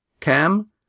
Cam